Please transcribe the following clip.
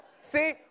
see